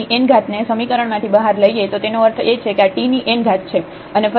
અને જો આપણે આ tn ને સમીકરણ માંથી બહાર લઈએ તો તેનો અર્થ એ છે કે આ t ની n ઘાત છે